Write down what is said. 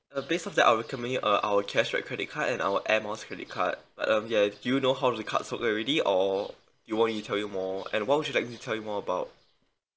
uh based on that I'll recommend you uh our cashback credit card and our air miles credit card but um ya do you know how the cards works already or you want me to tell you more and what would you like me to tell you more about